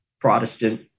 Protestant